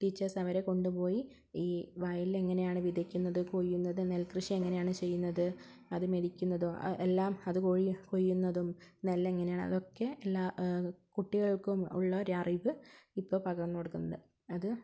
teachers അവരെ കൊണ്ട് പോയി ഈ വയലിലെങ്ങനെയാണ് വിതയ്ക്കുന്നത് കൊയ്യുന്നത് നെൽകൃഷി എങ്ങനെയാണ് ചെയ്യുന്നത് അത് മെതിക്കുന്നത് എല്ലാം അത് കൊയ്യു കൊയ്യുന്നതും നെല്ല് എങ്ങനെയാണ് അതൊക്കെ എല്ലാ കുട്ടികൾക്കും ഉള്ള ഒരറിവ് ഇപ്പോൾ പകർന്ന് കൊടുക്കുന്നത് അത്